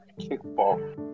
Kickball